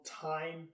time